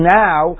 now